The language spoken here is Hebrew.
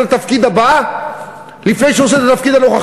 הבעיה פה היא שכל אחד רץ לתפקיד הבא לפני שהוא עושה את התפקיד הנוכחי.